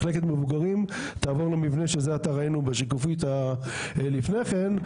מחלקת המבוגרים תעבור למבנה שזה עתה ראינו בשקופית שלפני כן,